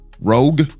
rogue